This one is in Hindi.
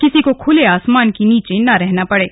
किसी को खुले आसमान के नीचे ना रहना पड़े